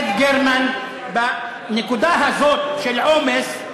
בנקודה הזאת של עומס,